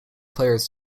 players